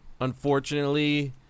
Unfortunately